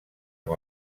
amb